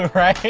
right?